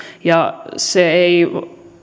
ja se ei